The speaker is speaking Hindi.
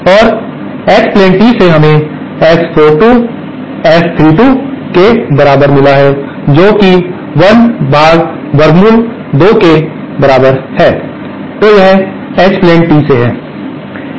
और H प्लेन टी से हमें S42 S32 के बराबर मिला है जो की 1 भाग 2 के वर्गमूल के बराबर है तो यह H प्लेन टी से है